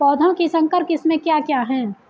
पौधों की संकर किस्में क्या क्या हैं?